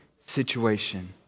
situation